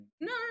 No